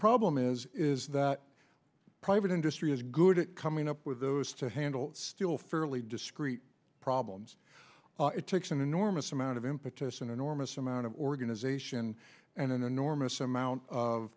problem is is that private industry is good at coming up with those to handle still fairly discreet problems it takes an enormous amount of impetus an enormous amount of organization and an enormous amount of